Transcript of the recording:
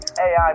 AI